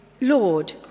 Lord